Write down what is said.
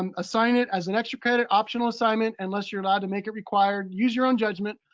um assign it as an extra credit, and optional assignment unless you're allowed to make it required. use your own judgment,